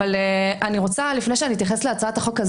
אבל לפני שאני אתייחס להצעת החוק הזאת